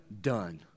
done